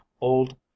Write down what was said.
old